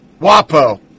WAPO